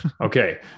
Okay